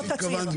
זה מה שהתכוונתי.